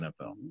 NFL